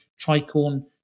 tricorn